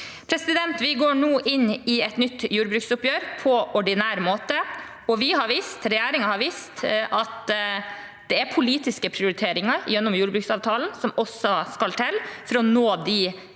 tid. Vi går nå inn i et nytt jordbruksoppgjør på ordinær måte, og regjeringen har vist at det er politiske prioriteringer gjennom jordbruksavtalen som også skal til for å nå de målene